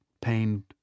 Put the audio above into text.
pained